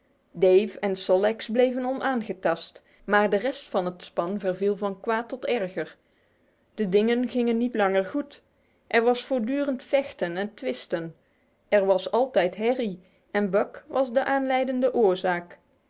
dave en sol leks bleven onaangetast maar de rest van het span verviel van kwaad tot erger de dingen gingen niet langer goed er was voortdurend vechten en twisten er was altijd herrie en buck was de aanleidende oorzaak